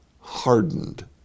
hardened